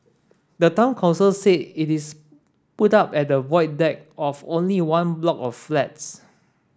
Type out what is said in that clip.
the town council say it is put up at the Void Deck of only one block of flats